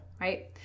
right